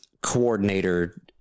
coordinator